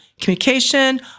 communication